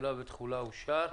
תחילה ותחולה אושרו.